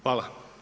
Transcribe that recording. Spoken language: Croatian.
Hvala.